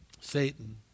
Satan